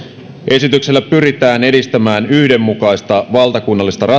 esityksellä pyritään edistämään yhdenmukaista valtakunnallista